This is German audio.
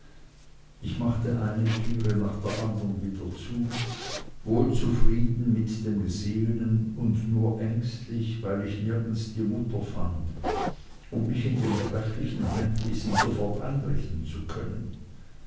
ich machte eine türe nach der anderen wieder zu wohlzufrieden mit dem gesehenen und nur ängstlich weil ich nirgends die mutter fand um mich in dem trefflichen heimwesen sofort einrichten zu können